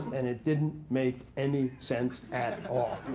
and it didn't make any sense at all.